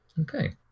Okay